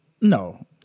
no